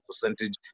percentage